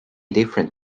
different